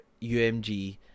umg